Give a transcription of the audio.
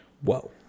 Whoa